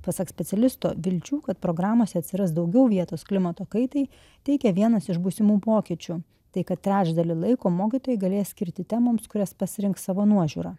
pasak specialisto vilčių kad programose atsiras daugiau vietos klimato kaitai teikia vienas iš būsimų pokyčių tai kad trečdalį laiko mokytojai galės skirti temoms kurias pasirinks savo nuožiūra